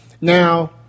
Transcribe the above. now